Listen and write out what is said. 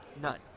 None